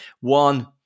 one